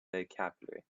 vocabulary